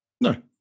No